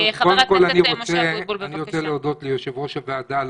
קודם כל אני רוצה להודות ליושבת ראש הוועדה על